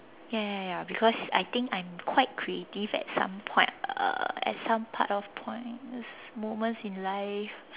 ya ya ya because I think I'm quite creative at some point uh at some part or points moments in life